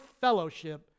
fellowship